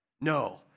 No